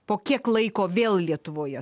po kiek laiko vėl lietuvoje